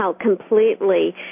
completely